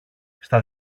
στα